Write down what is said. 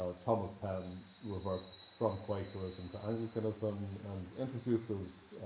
ah thomas penn reverts from quakerism to anglicanism and introduces